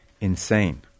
insane